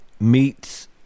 meets